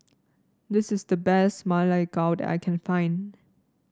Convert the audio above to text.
this is the best Ma Lai Gao that I can find